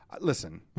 Listen